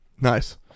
Nice